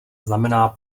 znamená